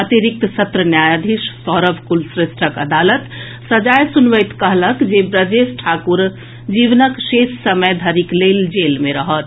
अतिरिक्त सत्र न्यायाधीश सौरभ कुलश्रेष्ठक अदालत सजाए सुनबैत कहलक जे ब्रजेश ठाकुर जीवनक शेष समय धरिक लेल जेल मे रहत